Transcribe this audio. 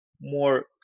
more